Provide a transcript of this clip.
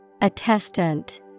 Attestant